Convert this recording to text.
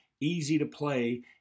easy-to-play